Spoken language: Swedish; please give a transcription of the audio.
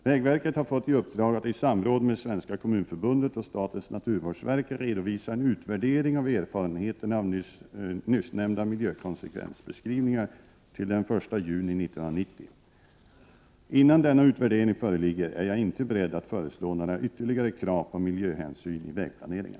Vägverket har fått i uppdrag att i samråd med Svenska kommunförbundet och statens naturvårdsverk redovisa en utvärdering av erfarenheterna av nyssnämnda miljökonsekvensbeskrivningar till den 1 juni 1990. Innan denna utvärdering föreligger är jag inte beredd att föreslå några ytterligare krav på miljöhänsyn i vägplaneringen.